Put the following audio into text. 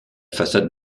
façade